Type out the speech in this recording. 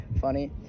funny